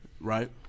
Right